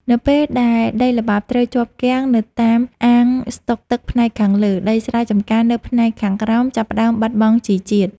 នៅពេលដែលដីល្បាប់ត្រូវជាប់គាំងនៅតាមអាងស្តុកទឹកផ្នែកខាងលើ ដីស្រែចម្ការនៅផ្នែកខាងក្រោមចាប់ផ្ដើមបាត់បង់ជីជាតិ។